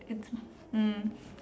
mm